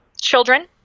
children